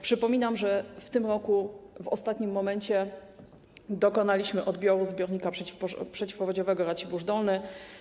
Przypominam, że w tym roku w ostatnim momencie dokonaliśmy odbioru zbiornika przeciwpowodziowego Racibórz Dolny.